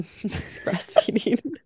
breastfeeding